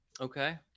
Okay